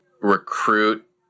recruit